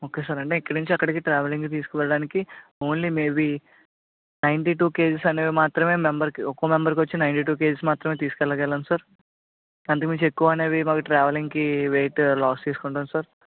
okay sir అంటే ఇక్కడ నుంచి అక్కడికి ట్రావెలింగ్కి తీసువెళ్ళడానికి only maybe ninety two kgs అనేది మాత్రమే మెంబర్కి ఒక మెంబర్కి వచ్చి నైంటీ టు కేజీస్ మాత్రమే తీసుకెళ్ళగలము సార్ అంతకుమించి ఎక్కువ అనేది మన ట్రావెలింగ్కి వెయిట్ లాస్ చేసుకుంటాము సార్